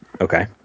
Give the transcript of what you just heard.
Okay